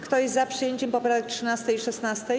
Kto jest za przyjęciem poprawek 13. i 16.